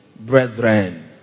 brethren